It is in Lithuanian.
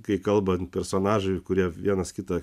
kai kalbant personažai kurie vienas kitą